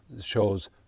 shows